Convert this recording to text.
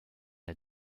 est